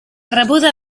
rebuda